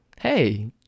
Hey